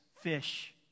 fish